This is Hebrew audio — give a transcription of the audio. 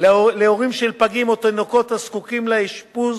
להורים של פגים או תינוקות הזקוקים לאשפוז